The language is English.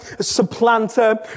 supplanter